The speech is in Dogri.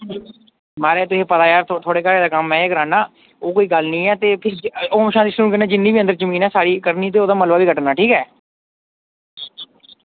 म्हाराज तुसेंगी पता ऐ में गै कराना कम्म ओह् कोई गल्ल निं ऐ हून साढ़ी जिन्नी बी जमीन ऐ नी ते ओह्दा मलबा बी कड्ढना